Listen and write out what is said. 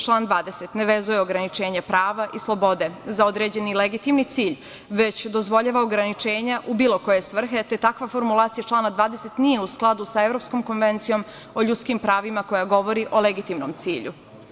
Član 20. ne vezuje ograničenje prava i slobode za određeni legitimni cilj, već dozvoljava ograničenja u bilo koje svrhe, te takva formulacija člana 20. nije u skladu sa Evropskom konvencijom o ljudskim pravima koja govori o legitimnom cilju.